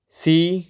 C